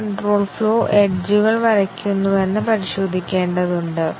atomic അവസ്ഥകളുടെ എണ്ണത്തിൽ ഇത് ലീനിയർ ആയിരിക്കും